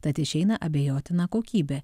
tad išeina abejotina kokybė